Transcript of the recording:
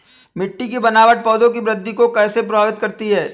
मिट्टी की बनावट पौधों की वृद्धि को कैसे प्रभावित करती है?